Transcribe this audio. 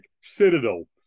Citadel